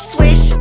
Swish